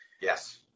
Yes